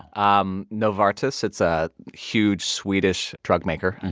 um novartis. it's a huge swedish drug maker